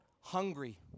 hungry